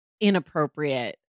inappropriate